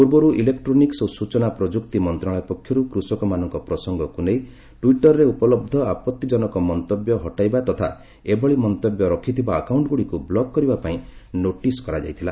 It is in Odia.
ପୂର୍ବରୁ ଇଲେକ୍ଟ୍ରୋନିକ୍ନ ଓ ସୂଚନା ପ୍ରଯୁକ୍ତି ମନ୍ତ୍ରଶାଳୟ ପକ୍ଷରୁ କୃଷକମାନଙ୍କ ପ୍ରସଙ୍ଗକୁ ନେଇ ଟ୍ୱିଟରରେ ଉପଲବ୍ଧ ଆପଭିଜନକ ମନ୍ତବ୍ୟ ହଟାଇବା ତଥା ଏଭଳି ମନ୍ତବ୍ୟ ରଖିଥିବା ଆକାଉଣ୍ଟଗୁଡ଼ିକୁ ବ୍ଲକ କରିବା ପାଇଁ ନୋଟିସ୍ କରାଯାଇଥିଲା